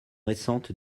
récente